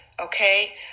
Okay